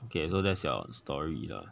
okay so that's your story lah